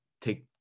take